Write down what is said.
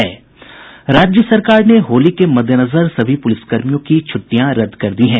राज्य सरकार ने होली के मददेनजर सभी पुलिसकर्मियों की छुटि्टयां रदद कर दी हैं